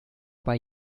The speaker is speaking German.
bei